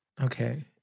okay